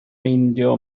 meindio